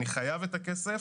אני חייב את הכסף.